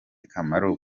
kamaro